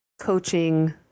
coaching